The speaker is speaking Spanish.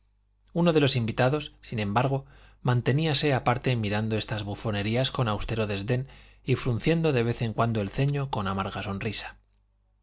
uno de los invitados sin embargo manteníase aparte mirando estas bufonerías con austero desdén y frunciendo de vez en cuando el ceño con amarga sonrisa